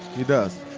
he does.